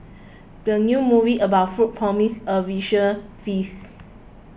the new movie about food promises a visual feast